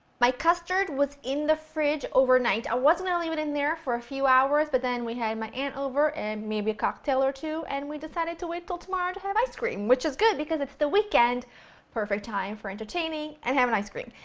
my custard was in the fridge overnight, i was going to leave it in there for a few hours, but then we had my aunt over, and maybe a cocktail or two, and we decided to wait until tomorrow to have ice cream which is good because it's the weekend perfect time for entertaining and having ice cream!